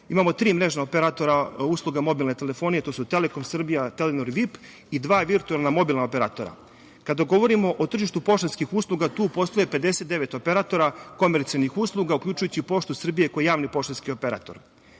Imamo tri mrežna operatora usluga mobilne telefonije. To su „Telekom Srbija“, „Telenor“, „VIP“ i dva virtuelna mobilna operatora. Kada govorimo o tržištu poštanskih usluga, tu postoji 59 operatora komercijalnih usluga uključujući „Poštu Srbije“ kao javni poštanski operator. Kada